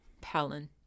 palin